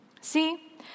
See